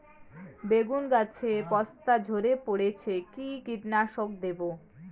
বেগুন গাছের পস্তা ঝরে পড়ছে কি কীটনাশক দেব?